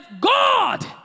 God